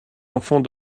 enfant